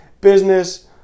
business